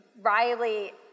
Riley